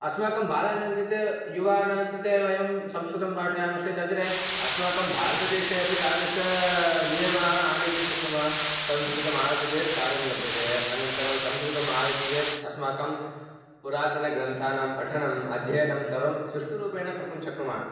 अस्माकं बालानां कृते युवानां कृते वयं संस्कृतं पाठयामश्चेत् अग्रे अस्माकं भारतदेशे अपि तादृश नियमाः आनयितुं शक्नुमः संस्कृतमागच्छति चेत् कार्यं लभ्यते अनन्तरं संस्कृतम् आगच्छति चेत् अस्माकं पुरातनग्रन्थानां पठनम् अध्ययनं सर्वं सुष्ठुरूपेण कर्तुं शक्नुमः